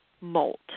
molt